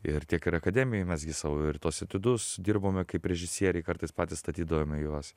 ir tiek ir akademijoj mes gi savo ir tuos etiudus dirbome kaip režisieriai kartais patys statydavome juos